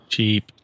Cheap